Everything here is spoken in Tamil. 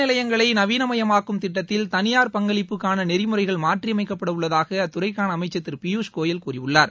நிலையங்களை நவீனமயமாக்கும் திட்டத்தில் தனியார் பங்களிப்புக்கான நெறிமுறைகள் ரயில் மாற்றியமைக்கப்பட உள்ளதாக அத்துறைக்கான அமைச்சர் திரு பியூஷ் கோயல் கூறியுள்ளார்